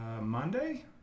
Monday